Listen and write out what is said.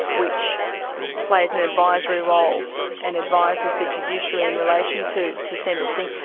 which plays an advisory role and advises the judiciary in relation to to sentencing,